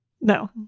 No